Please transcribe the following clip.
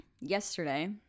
yesterday